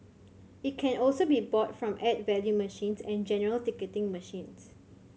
it can also be bought from add value machines and general ticketing machines